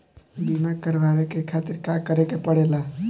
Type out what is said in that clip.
बीमा करेवाए के खातिर का करे के पड़ेला?